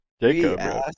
Jacob